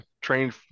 trained